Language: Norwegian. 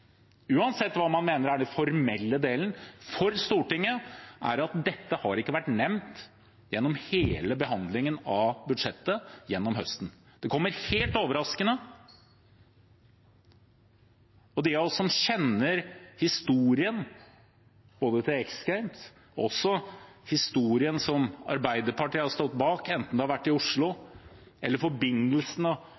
uansett hva man mener er den formelle delen, er at dette ikke har vært nevnt gjennom hele behandlingen av budsjettet gjennom høsten. Det kommer helt overraskende. De av oss som kjenner historien, både historien om X Games og om det Arbeiderpartiet har stått bak – enten det har handlet om Oslo